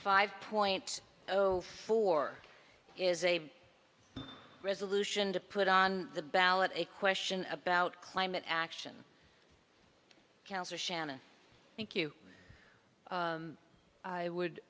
five point zero four is a resolution to put on the ballot a question about climate action cancer shannon thank you i would